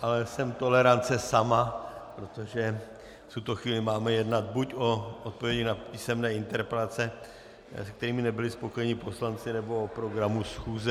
Ale jsem tolerance sama, protože v tuto chvíli máme jednat buď o odpovědi na písemné interpelace, se kterými nebyli spokojeni poslanci, nebo o programu schůze.